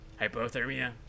hypothermia